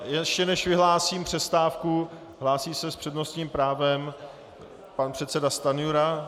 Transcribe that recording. Ještě než vyhlásím přestávku, hlásí se s přednostním právem pan předseda Stanjura.